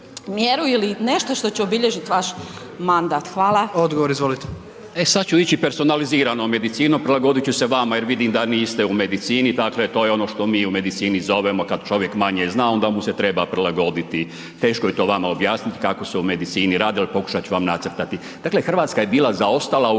Hrvatska je bila zaostala u